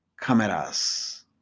Cameras